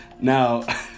Now